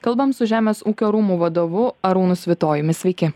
kalbam su žemės ūkio rūmų vadovu arūnu svitojumi sveiki